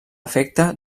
efecte